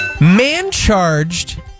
Man-charged